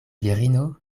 virino